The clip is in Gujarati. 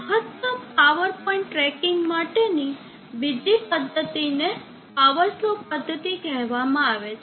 મહત્તમ પાવર પોઇન્ટ ટ્રેકિંગ માટેની બીજી પદ્ધતિને પાવર સ્લોપ પદ્ધતિ કહેવામાં આવે છે